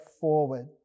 forward